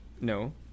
no